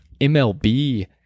MLB